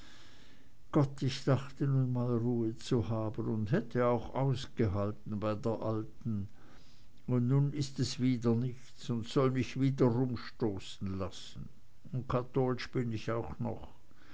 gott ich dachte nun mal ruhe zu haben und hätte auch ausgehalten bei der alten und nun ist es wieder nichts und soll mich wieder rumstoßen lassen und kattolsch bin ich auch noch